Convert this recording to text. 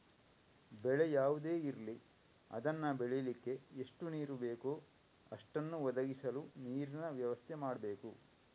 ಬೆಳೆ ಯಾವುದೇ ಇರ್ಲಿ ಅದನ್ನ ಬೆಳೀಲಿಕ್ಕೆ ಎಷ್ಟು ನೀರು ಬೇಕೋ ಅಷ್ಟನ್ನ ಒದಗಿಸಲು ನೀರಿನ ವ್ಯವಸ್ಥೆ ಮಾಡ್ಬೇಕು